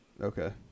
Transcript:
okay